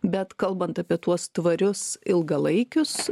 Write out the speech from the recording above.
bet kalbant apie tuos tvarius ilgalaikius